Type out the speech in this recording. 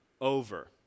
over